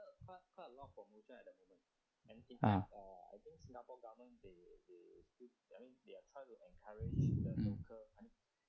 uh mm